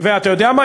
ואתה יודע מה,